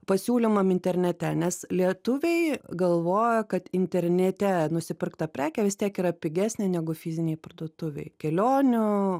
pasiūlymam internete nes lietuviai galvoja kad internete nusipirkta prekė vis tiek yra pigesnė negu fizinėj parduotuvėj kelionių